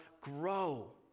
grow